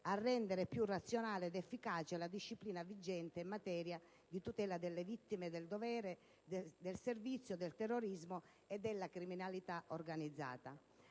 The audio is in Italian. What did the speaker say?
a rendere più razionale ed efficace la disciplina vigente in materia di tutela delle vittime del dovere, del servizio, del terrorismo e della criminalità organizzata.